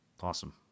Awesome